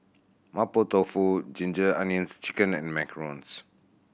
Mapo Tofu Ginger Onions Chicken and macarons